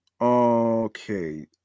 Okay